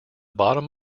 bottom